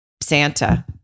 Santa